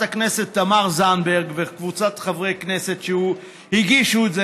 הכנסת תמר זנדברג וקבוצת חברי כנסת שהגישו את זה